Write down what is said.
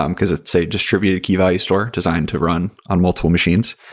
um because it's a distributed key-value store designed to run on multiple machines.